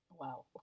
Wow